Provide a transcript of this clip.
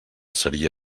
seria